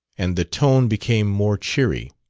and the tone became more cheery.